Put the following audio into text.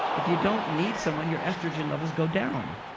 if you don't need someone, your estrogen levels go down.